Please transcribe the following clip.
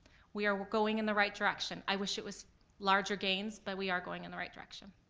we are going in the right direction. i wish it was larger gains, but we are going in the right direction.